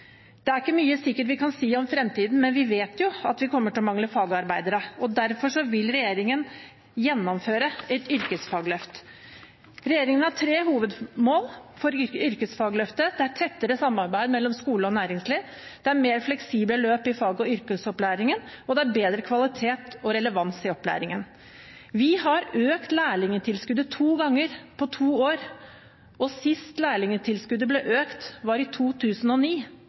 Det er ikke mye sikkert vi kan si om fremtiden, men vi vet at vi kommer til å mangle fagarbeidere. Derfor vil regjeringen gjennomføre et yrkesfagløft. Regjeringen har tre hovedmål for dette yrkesfagløftet: tettere samarbeid mellom skole og næringsliv, mer fleksible løp i fag- og yrkesopplæringen og bedre kvalitet og relevans i opplæringen. Vi har økt lærlingtilskuddet to ganger på to år, og sist lærlingtilskuddet ble økt, var i 2009.